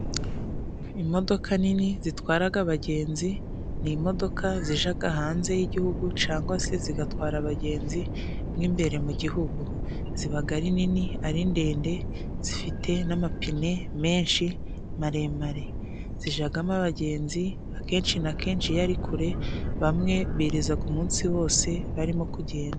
Imodoka nini zitwaraga abagenzi, ni imodoka zijaga hanze y'igihugu cangwa se zigatwara abagenzi mo imbere mu gihugu. Zibaga ari nini, ari ndende, zifite n'amapine menshi maremare, zijagamo abagenzi akenshi na kenshi iyo ari kure, bamwe birizaga umunsi wose barimo kugenda.